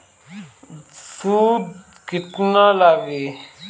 सूद केतना लागी?